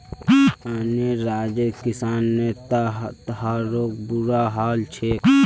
अन्य राज्यर किसानेर त आरोह बुरा हाल छेक